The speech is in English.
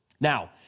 now